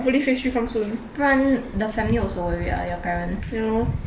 不然 the family also worried [what] your parents ya